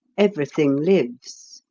everything lives.